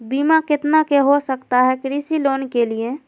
बीमा कितना के हो सकता है कृषि लोन के लिए?